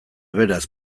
beraz